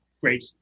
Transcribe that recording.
Great